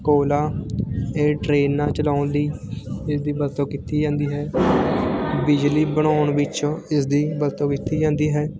ਕੋਲਾ ਇਹ ਟਰੇਨਾਂ ਚਲਾਉਣ ਲਈ ਇਸਦੀ ਵਰਤੋਂ ਕੀਤੀ ਜਾਂਦੀ ਹੈ ਬਿਜਲੀ ਬਣਾਉਣ ਵਿੱਚ ਇਸਦੀ ਵਰਤੋਂ ਕੀਤੀ ਜਾਂਦੀ ਹੈ